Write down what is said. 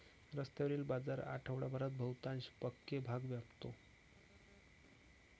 रस्त्यावरील बाजार आठवडाभरात बहुतांश पक्के भाग व्यापतो